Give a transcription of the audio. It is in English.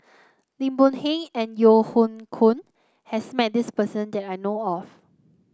Lim Boon Heng and Yeo Hoe Koon has met this person that I know of